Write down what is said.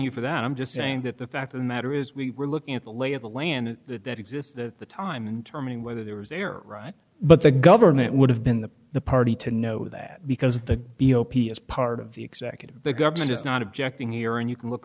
you for that i'm just saying that the fact of the matter is we are looking at the lay of the land that exists the time and terming whether there was a right but the government would have been the the party to know that because the b o p s part of the executive the government is not objecting here and you can look